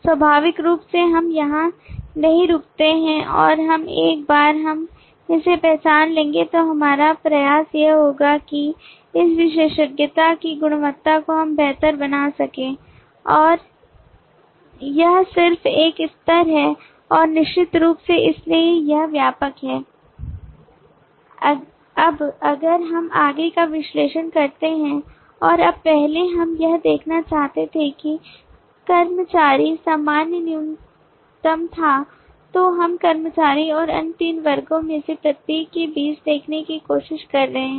स्वाभाविक रूप से हम यहाँ नहीं रुकते हैं हम एक बार हम इसे पहचान लेंगे तो हमारा प्रयास यह होगा कि इस विशेषज्ञता की गुणवत्ता को हम बेहतर बना सकें यह सिर्फ एक स्तर है और निश्चित रूप से इसलिए यह व्यापक है अब अगर हम आगे का विश्लेषण करते हैं और अब पहले हम यह देखना चाह रहे थे कि कर्मचारी सामान्य न्यूनतम था तो हम कर्मचारी और अन्य तीन वर्गों में से प्रत्येक के बीच देखने की कोशिश कर रहे हैं